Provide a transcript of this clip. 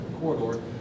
corridor